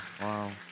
wow